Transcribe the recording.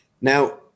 Now